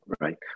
Right